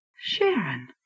Sharon